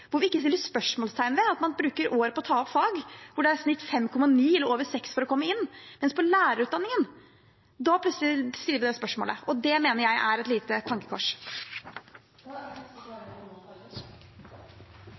vi ikke spørsmålstegn ved at man bruker år på å ta opp fag, der det er snitt på 5,9 eller over 6 for å komme inn, mens på lærerutdanningen stiller man plutselig det spørsmålet. Det mener jeg er et lite tankekors.